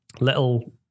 Little